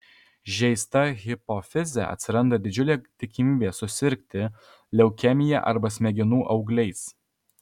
žeista hipofize atsiranda didžiulė tikimybė susirgti leukemija arba smegenų augliais